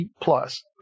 plus